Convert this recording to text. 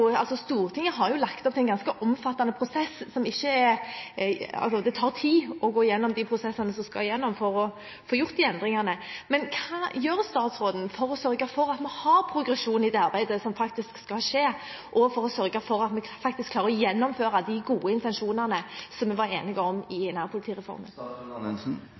det tar tid å gå igjennom de prosessene som en skal igjennom for å få gjort endringene. Men hva gjør statsråden for å sørge for at vi har progresjon i det arbeidet som skal skje, og for å sørge for at vi faktisk klarer å gjennomføre de gode intensjonene som vi var enige om i forbindelse med nærpolitireformen?